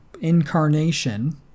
incarnation